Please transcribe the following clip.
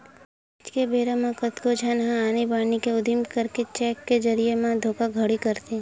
आज के बेरा म कतको झन मन ह आनी बानी के उदिम करके चेक के जरिए म धोखाघड़ी करथे